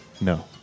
No